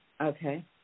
Okay